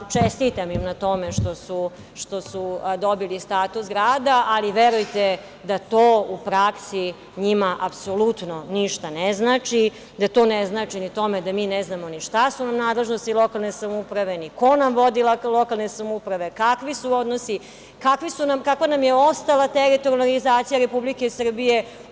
Čestitam im na tome što su dobili status grada, ali verujte da to u praksi njima apsolutno ništa ne znači, da to ne znači ni tome da mi ne znamo ni šta su nadležnosti lokalne samouprave, ni ko nam vodi lokalne samouprave, kakvi su odnosi, kakva nam je ostala teritorijalna organizacija Republike Srbije.